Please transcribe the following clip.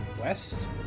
west